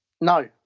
No